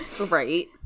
Right